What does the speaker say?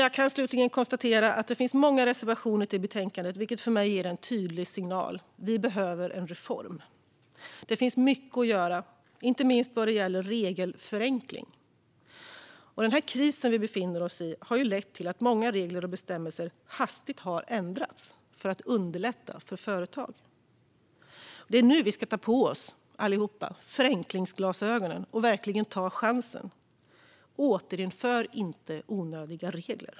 Jag kan slutligen konstatera att det finns många reservationer i betänkandet, vilket för mig är en tydlig signal. Vi behöver en reform. Det finns mycket att göra, inte minst vad gäller regelförenkling. Krisen vi befinner oss i har lett till att många regler och bestämmelser hastigt har ändrats för att underlätta för företag. Det är nu vi allihop ska ta på oss förenklingsglasögonen och verkligen ta chansen: Återinför inte onödiga regler!